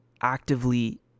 actively